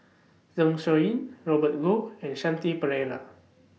Zeng Shouyin Robert Goh and Shanti Pereira